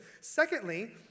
Secondly